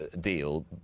deal